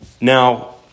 Now